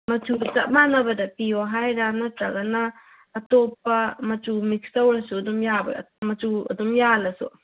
ꯃꯆꯨꯁꯦ ꯆꯞ ꯃꯥꯟꯅꯕꯗ ꯄꯤꯌꯨ ꯍꯥꯏꯕ꯭ꯔ ꯅꯠꯇ꯭ꯔꯒꯅ ꯑꯇꯣꯞꯄ ꯃꯆꯨ ꯃꯤꯛꯁ ꯇꯧꯔꯁꯨ ꯑꯗꯨꯝ ꯌꯥꯕ꯭ꯔ ꯃꯆꯨ ꯑꯗꯨꯝ ꯌꯥꯜꯂꯁꯨ